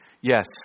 Yes